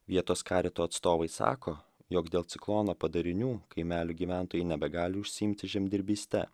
vietos karito atstovai sako jog dėl ciklono padarinių kaimelių gyventojai nebegali užsiimti žemdirbyste